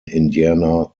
indiana